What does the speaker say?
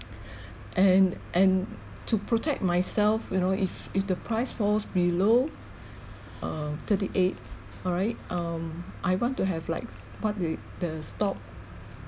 and and to protect myself you know if if the price falls below uh thirty-eight alright um I want to have like what if the stock